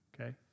okay